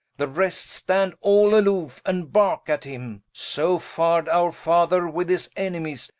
the rest stand all aloofe, and barke at him. so far'd our father with his enemies,